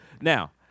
Now